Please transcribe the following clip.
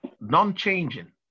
Non-changing